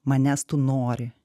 manęs tu nori